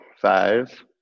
Five